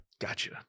Gotcha